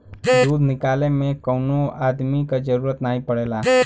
दूध निकाले में कौनो अदमी क जरूरत नाही पड़ेला